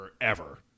forever